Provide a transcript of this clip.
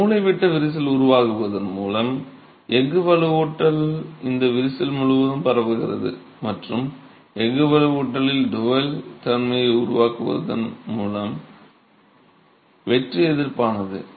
ஒரு மூலைவிட்ட விரிசல் உருவாகுவதன் மூலம் எஃகு வலுவூட்டல் இந்த விரிசல் முழுவதும் பரவுகிறது மற்றும் எஃகு வலுவூட்டலில் டோவல் தன்மையை உருவாக்குவதன் மூலம் வெட்டு எதிர்ப்பானது